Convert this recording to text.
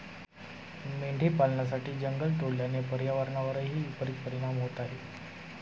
मेंढी पालनासाठी जंगल तोडल्याने पर्यावरणावरही विपरित परिणाम होत आहे